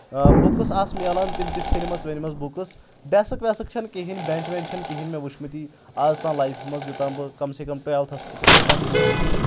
اۭں books آسہٕ میلان تِم تہِ ژھیٚنمٕژ وینمژ بُکٕس ڈیٚسٕک ویٚسٕک چھَنہٕ کِہیٖنۍ بیٚنٛچ ویٚنچ چھَنہٕ کِہیٖنۍ مےٚ وٕچھمٕتی اَز تانۍ لایفہِ منٛز یوٚتانۍ بہٕ کَم سے کَم ٹُویٚلتھَس کھوتُس توٚتان چھِنہٕ مےٚ وٕچھمٕتۍ